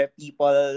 people